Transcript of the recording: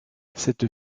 cette